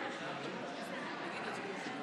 לא אישרתי לך,